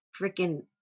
freaking